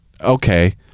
Okay